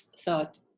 thought